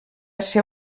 ser